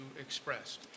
expressed